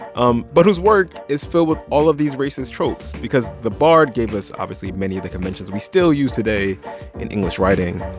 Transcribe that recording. um but whose work is filled with all of these racist tropes. because the bard gave us obviously many of the conventions we still use today in english writing,